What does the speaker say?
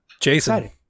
Jason